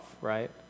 right